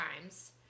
times